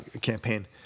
campaign